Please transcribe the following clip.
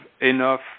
enough